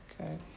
okay